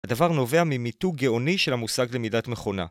‫הדבר נובע ממיתוג גאוני של המושג ‫למידת מכונה.